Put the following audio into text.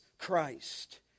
christ